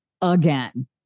again